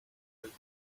thing